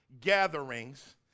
gatherings